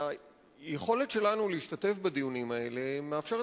היכולת שלנו להשתתף בדיונים האלה מאפשרת